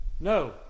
No